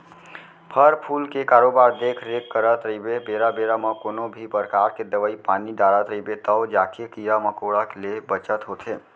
फर फूल के बरोबर देख रेख करत रइबे बेरा बेरा म कोनों भी परकार के दवई पानी डारत रइबे तव जाके कीरा मकोड़ा ले बचत होथे